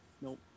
Nope